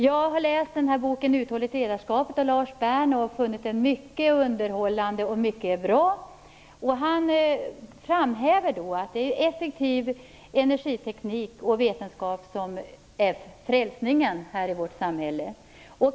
Jag har läst boken Uthålligt ledarskap av Lars Bern och funnit den mycket underhållande och mycket bra. Han framhäver att effektiv energiteknik och vetenskap är frälsningen i vårt samhälle.